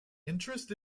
interest